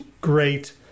great